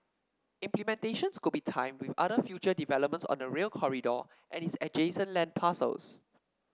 implementations could be timed with other future developments on the Rail Corridor and its adjacent land parcels